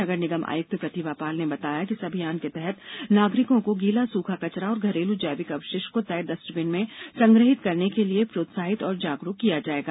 नगर निगम आयुक्त प्रतिभा पाल ने बताया कि इस अभियान के तहत नागरिकों को गीला सुखा कचरा और घरेलू जैविक अपशिष्ट को तय डस्टबिन में संग्रहित करने के लिए प्रोत्साहित और जागरूक किया जाएगा